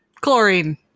Chlorine